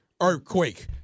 Earthquake